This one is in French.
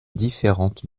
différentes